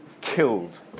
killed